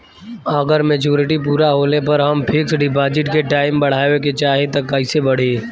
अगर मेचूरिटि पूरा होला पर हम फिक्स डिपॉज़िट के टाइम बढ़ावे के चाहिए त कैसे बढ़ी?